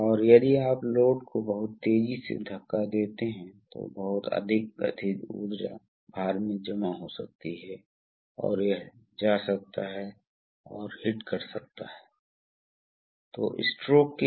तो वास्तव में कोई पायलट दबाव नहीं है पायलट दबाव वास्तव में एक टैंक दबाव है और इसलिए यह दबाव बहुत कम है इसलिए सीधे पंप वेंट और कोई तरल पदार्थ सिस्टम में नहीं जाता है इसलिए यह वेंटिंग मोड में ऑपरेशन है